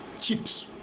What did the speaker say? chips